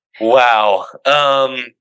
Wow